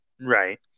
right